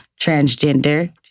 transgender